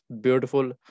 beautiful